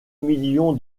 million